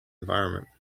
environment